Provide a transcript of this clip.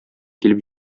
килеп